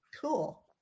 Cool